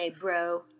bro